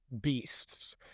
Beasts